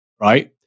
right